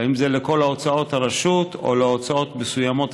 האם זה כל הוצאות הרשות או הוצאות מסוימות,